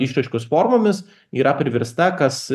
išraiškos formomis yra priversta kas